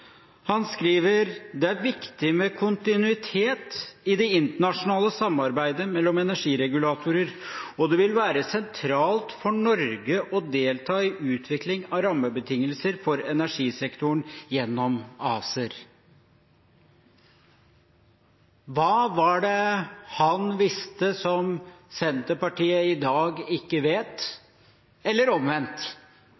han var statsråd. Han skriver: «Det er viktig med kontinuitet i det internasjonale samarbeidet mellom energiregulatorer og det vil være sentralt for Norge å delta i utvikling av rammebetingelser for energisektoren gjennom ACER.» Hva var det han visste som Senterpartiet i dag ikke vet,